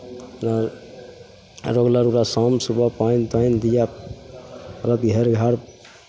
आर regular ओकरा शाम सुबह पानि तानि दिअ पड़त घेर घार